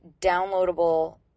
downloadable